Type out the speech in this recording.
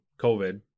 COVID